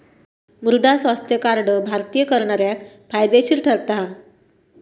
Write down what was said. मृदा स्वास्थ्य कार्ड भारतीय करणाऱ्याक फायदेशीर ठरता हा